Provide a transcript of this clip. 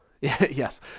Yes